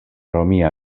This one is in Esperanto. romia